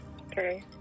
Okay